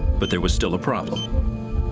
but there was still a problem.